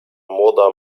młoda